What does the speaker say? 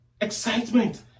excitement